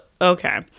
okay